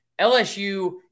LSU